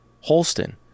Holston